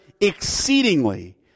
exceedingly